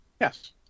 Yes